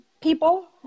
People